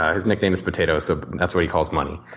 his nickname is potatoes so that's what he calls money,